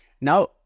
Now